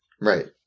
Right